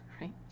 Right